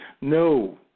No